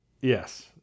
yes